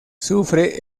sufre